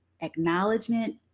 Acknowledgement